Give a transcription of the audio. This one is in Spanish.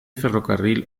ferrocarril